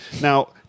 Now